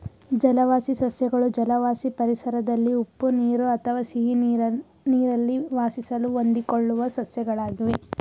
ಜಲವಾಸಿ ಸಸ್ಯಗಳು ಜಲವಾಸಿ ಪರಿಸರದಲ್ಲಿ ಉಪ್ಪು ನೀರು ಅಥವಾ ಸಿಹಿನೀರಲ್ಲಿ ವಾಸಿಸಲು ಹೊಂದಿಕೊಳ್ಳುವ ಸಸ್ಯಗಳಾಗಿವೆ